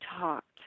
talked